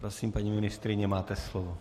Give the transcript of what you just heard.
Prosím, paní ministryně, máte slovo.